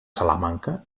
salamanca